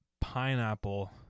Pineapple